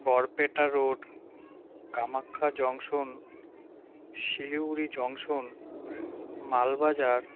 Barpeta road Kamakhya junction Siliguri junction Malbazar